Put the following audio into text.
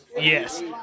Yes